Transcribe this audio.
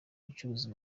gucuruza